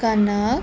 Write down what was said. ਕਣਕ